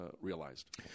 realized